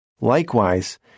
Likewise